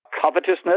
covetousness